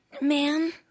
Ma'am